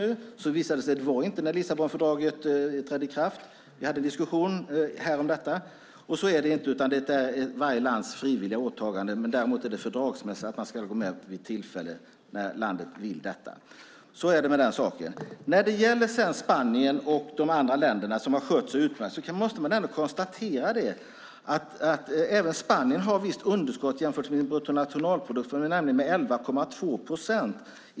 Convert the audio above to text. Det visade sig sedan att det inte var så när Lissabonfördraget trädde i kraft. Vi förde en diskussion här om detta. Så är det inte, utan det är varje lands frivilliga åtagande. Däremot är det fördragsmässigt så att man ska gå med vid tillfälle när landet vill det. Så är det med den saken. När det gäller Spanien och de andra länder som har skött sig utmärkt måste man ändå konstatera att även Spanien har ett visst underskott om man jämför bruttonationalprodukten. De har nämligen 11,2 procent.